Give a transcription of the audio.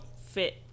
fit